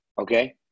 okay